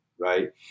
right